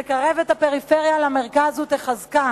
תקרב את הפריפריה למרכז ותחזקה